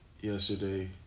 yesterday